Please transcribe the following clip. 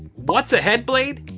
what's a headblade?